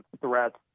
threats